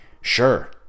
sure